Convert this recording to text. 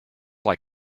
like